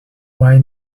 why